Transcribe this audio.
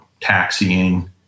taxiing